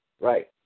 right